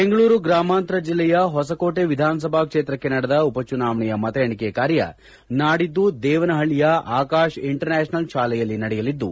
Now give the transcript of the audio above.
ಬೆಂಗಳೂರು ಗ್ರಾಮಾಂತರ ಜಿಲ್ಲೆಯ ಹೊಸಕೋಟೆ ವಿಧಾನ ಸಭಾ ಕ್ಷೇತ್ರಕ್ಕೆ ನಡೆದ ಉಪ ಚುನಾವಣೆಯ ಮತ ಎಣಿಕೆ ಕಾರ್ಯ ನಾಡಿದ್ದು ದೇವನಹಳ್ಳಿಯ ಆಕಾಶ್ ಇಂಟರ್ ನ್ಯಾಷನಲ್ ಶಾಲೆಯಲ್ಲಿ ನಡೆಯಲಿದ್ದು